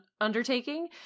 undertaking